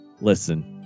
listen